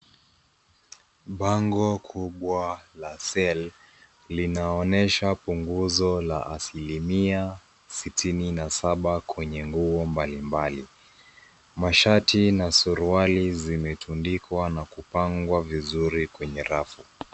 Bango kubwa la (cs)sell(cs) linaonesha punguzo la asilimia 67 kwenye nguo mbalimbali. Mashati na suruali zimetundikwa na kupangwa vizuri kwenye rafu.